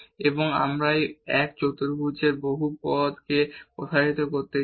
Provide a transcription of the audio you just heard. এবং আমরা এই মাত্র 1 চতুর্ভুজ বহুপদকে প্রসারিত করতে চাই